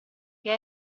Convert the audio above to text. che